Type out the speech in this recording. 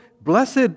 blessed